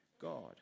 God